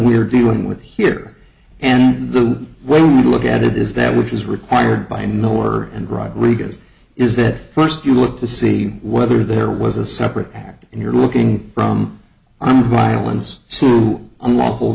we're dealing with here and the way we look at it is that which is required by no war and rodriguez is that first you look to see whether there was a separate act and you're looking from i'm violence to unlawful